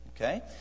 Okay